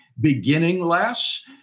beginningless